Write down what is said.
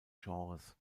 genres